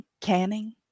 canning